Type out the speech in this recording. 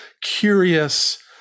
curious